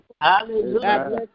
Hallelujah